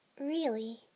Really